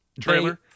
trailer